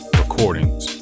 recordings